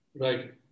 Right